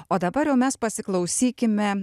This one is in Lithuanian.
o dabar jau mes pasiklausykime